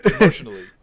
emotionally